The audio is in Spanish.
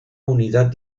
unidad